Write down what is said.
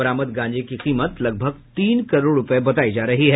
बरामद गांजे की कीमत लगभग तीन करोड़ रूपये बतायी जा रही है